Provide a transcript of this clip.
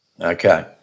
Okay